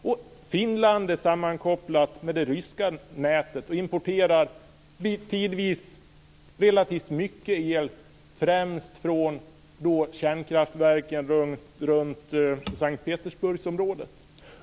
Och Finland är sammankopplat med det ryska nätet och importerar tidvis relativt mycket el främst från kärnkraftverken runt Sankt Petersburgsområdet.